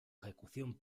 ejecución